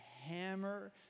hammer